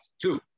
two